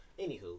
anywho